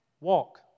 Walk